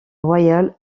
royal